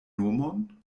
nomon